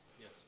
Yes